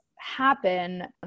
happen